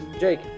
Jake